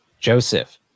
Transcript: Joseph